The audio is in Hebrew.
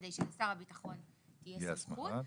כדי שלשר הביטחון תהיה הסמכות,